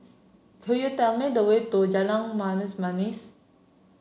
could you tell me the way to Jalan Manis